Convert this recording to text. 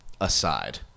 aside